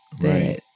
right